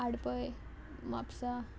आडपय म्हापसा